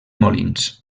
molins